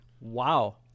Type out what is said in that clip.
wow